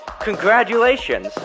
Congratulations